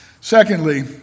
Secondly